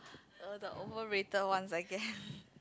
err the overrated ones I guess